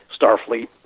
Starfleet